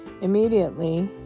Immediately